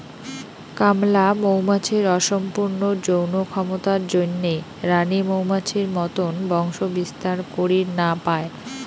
কামলা মৌমাছির অসম্পূর্ণ যৌন ক্ষমতার জইন্যে রাণী মৌমাছির মতন বংশবিস্তার করির না পায়